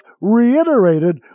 reiterated